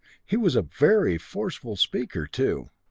he was a very forceful speaker, too!